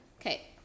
Okay